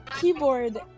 keyboard